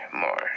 more